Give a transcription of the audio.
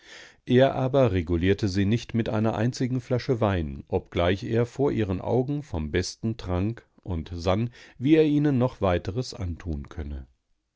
er aber regalierte sie nicht mit einer einzigen flasche wein obgleich er vor ihren augen vom besten trank und sann wie er ihnen noch weiteres antun könne